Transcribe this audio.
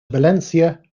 valencia